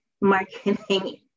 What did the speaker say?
marketing